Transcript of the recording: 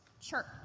church